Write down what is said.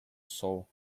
sol